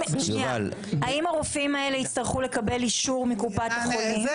האם הרופאים האלה הצטרכו לקבל אישור מקופת חולים,